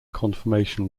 confirmation